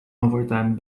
overtime